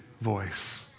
voice